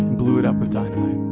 blew it up with dynamite